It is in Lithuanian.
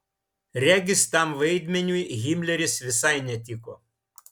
regis tam vaidmeniui himleris visai netiko